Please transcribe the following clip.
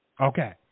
Okay